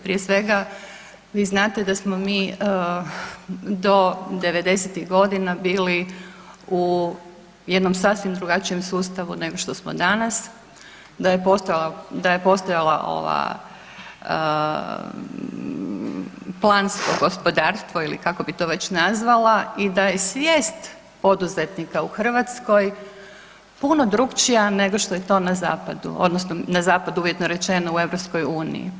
Prije svega, vi znate da smo mi do 90-ih godina bili u jednom sasvim drugačijem sustavu nego što smo danas, da je postojala ova, plansko gospodarstvo ili kako bi to već nazvala i da je svijet poduzetnika u Hrvatskoj puno drukčija nego što je to na zapadu, odnosno na zapadu, uvjetno rečeno, u EU.